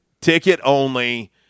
ticket-only